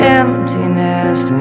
emptiness